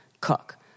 cook